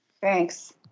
Thanks